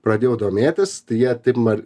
pradėjau domėtis tai jie taip mar